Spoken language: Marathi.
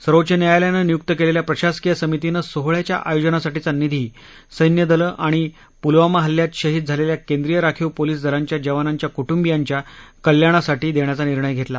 सर्वोच्च न्यायालयानं नियुक्त केलेल्या प्रशासकीय समितीनं सोहळ्याच्या आयोजनासाठीचा निधी सस्ति दलं आणि पुलवामा हल्ल्यात शहीद झालेल्या केंद्रीय राखीव पोलिस दलाच्या जवानांच्या कुटुंबियांच्या कल्याणासाठी देण्याचा निर्णय घेतला